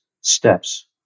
steps